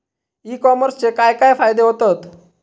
E कॉमर्सचे काय काय फायदे होतत?